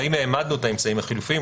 והאם העמדנו את האמצעים החלופיים?